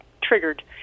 triggered